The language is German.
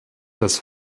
das